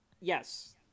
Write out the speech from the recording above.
Yes